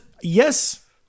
Yes